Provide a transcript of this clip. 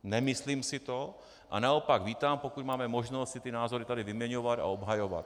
Nemyslím si to, a naopak vítám, pokud máme možnost si názory tady vyměňovat a obhajovat.